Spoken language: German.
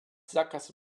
sackgasse